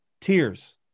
tears